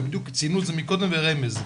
ובדיוק ציינו את מקודם ברמז,